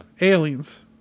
Aliens